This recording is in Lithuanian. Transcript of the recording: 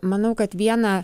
manau kad viena